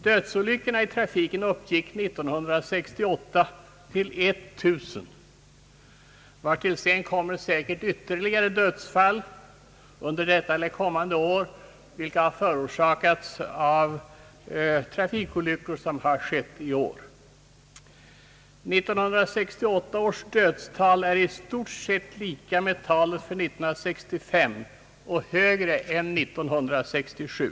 Dödsolyckorna i trafiken uppgick 1968 till 1 000, vartill skall läggas ytterligare ett antal dödsfall under kommande år vilka förorsakats av trafikolyckor under föregående år. 1968 års dödstal är i stort sett lika med dödstalet för 1965 och högre än för 1967.